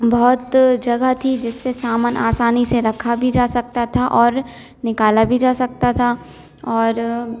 बहुत जगह थी जिससे सामान आसानी से रखा भी जा सकता था और निकाला भी जा सकता था और